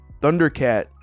Thundercat